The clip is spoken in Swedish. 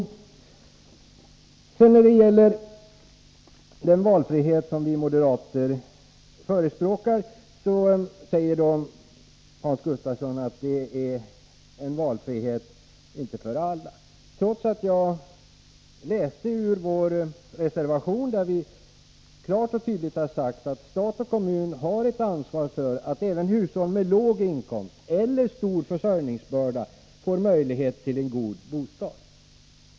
Hans Gustafsson säger att den valfrihet som vi moderater förespråkar inte är en valfrihet för alla. Det gör han trots att jag läste ur vår reservation, där vi klart och tydligt har sagt att stat och kommun har ett ansvar för att ”även hushåll med låg inkomst eller stor försörjningsbörda” får möjlighet till en god bostad.